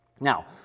Now